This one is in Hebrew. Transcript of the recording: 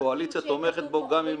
הקואליציה תומכת בו גם אם